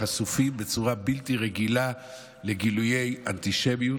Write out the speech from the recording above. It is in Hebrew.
חשופים בצורה בלתי רגילה לגילויי אנטישמיות,